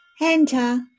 Enter